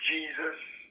Jesus